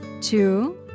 two